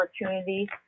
opportunity